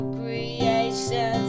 creation